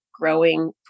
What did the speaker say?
growing